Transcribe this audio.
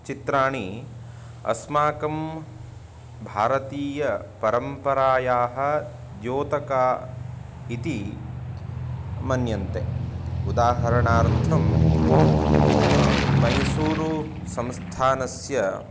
चित्राणि अस्माकं भारतीयपरम्परायाः द्योतका इति मन्यन्ते उदाहरणार्थं मैसूरु संस्थानस्य